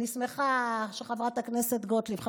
אני שמחה שחברת הכנסת גוטליב פה,